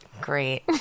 great